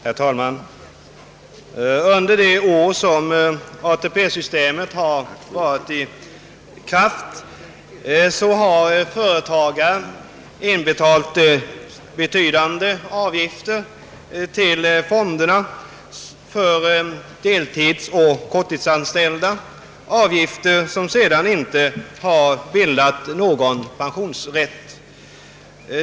Herr talman! Under de år vi haft ATP-systemet har företagarna till fonderna betalat in betydande avgifter för deltidsoch korttidsanställda, avgifter som sedan inte grundat någon pensions rätt.